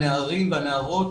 הנערים והנערות